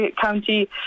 County